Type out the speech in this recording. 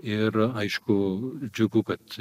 ir aišku džiugu kad